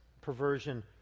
perversion